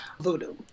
voodoo